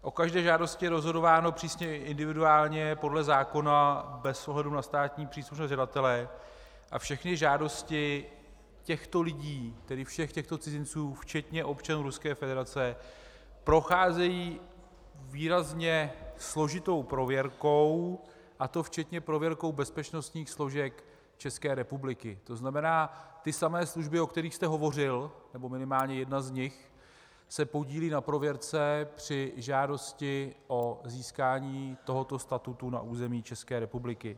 O každé žádosti je rozhodováno přísně individuálně podle zákona bez ohledu na státní příslušnost žadatele a všechny žádosti těchto lidí, tedy všech těchto cizinců včetně občanů Ruské federace, procházejí výrazně složitou prověrkou, a to včetně prověrkou bezpečnostních složek České republiky, tzn. ty samé služby, o kterých jste hovořil, nebo minimálně jedna z nich, se podílí na prověrce při žádosti o získání tohoto statutu na území České republiky.